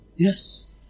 Yes